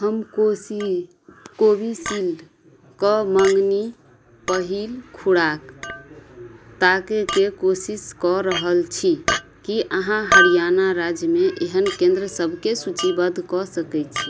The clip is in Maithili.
हम कोसी कोविशील्डके मँगनी पहिल खोराक ताकैके कोशिश कऽ रहल छी कि इहाँ हरियाणा राज्यमे एहन केन्द्र सबकेँ सूचीबद्ध कऽ सकै छी